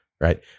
Right